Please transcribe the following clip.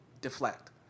deflect